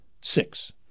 Six